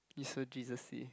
you so Jesusy